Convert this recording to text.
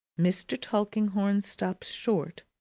mr. tulkinghorn stops short,